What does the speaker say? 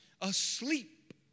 asleep